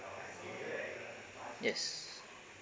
yes